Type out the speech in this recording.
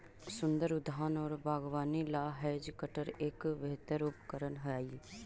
सुन्दर उद्यान और बागवानी ला हैज कटर एक बेहतर उपकरण हाई